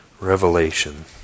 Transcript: Revelation